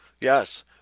yes